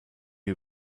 who